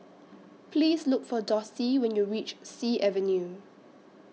Please Look For Dossie when YOU REACH Sea Avenue